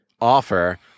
offer